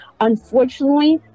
Unfortunately